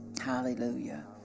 Hallelujah